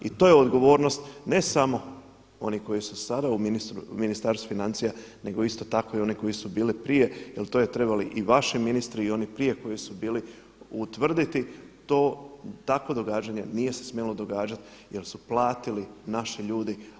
I to je odgovornost, ne samo onih koji su sada u Ministarstvu financija nego isto tako i onih koji su bili prije jer to su trebali i vaši ministri i oni prije koji su bili utvrditi to, takvo događanje nije se smjelo događati jer su platili naši ljudi.